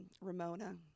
Ramona